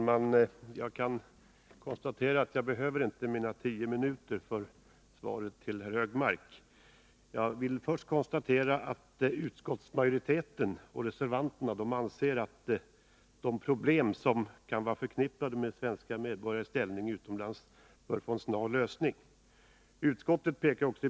Herr talman! Det är som Lars Ulander säger och utskottsmajoriteten nämner, det finns en arbetsgrupp som studerar dessa problem.